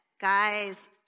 guys